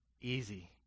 easy